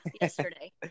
Yesterday